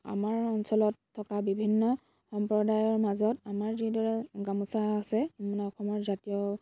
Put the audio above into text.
আমাৰ অঞ্চলত থকা বিভিন্ন সম্প্ৰদায়ৰ মাজত আমাৰ যিদৰে গামোচা আছে মানে অসমৰ জাতীয়